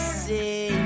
see